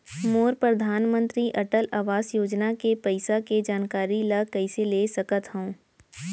मोर परधानमंतरी अटल आवास योजना के पइसा के जानकारी ल कइसे ले सकत हो?